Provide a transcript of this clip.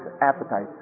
appetite